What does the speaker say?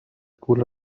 school